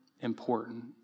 important